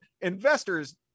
investors